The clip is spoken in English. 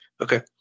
Okay